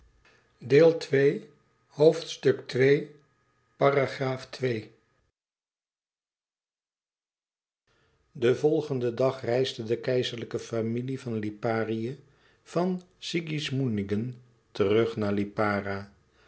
den volgenden dag reisde de keizerlijke familie van liparië van sigismundingen terug naar lipara